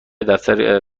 دفتر